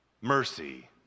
mercy